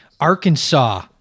Arkansas